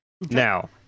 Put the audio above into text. Now